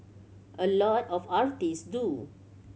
a lot of artists do